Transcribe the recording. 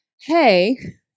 hey